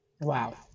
Wow